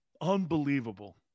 Unbelievable